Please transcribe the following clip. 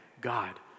God